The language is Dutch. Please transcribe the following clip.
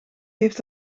heeft